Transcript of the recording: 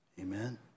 Amen